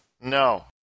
No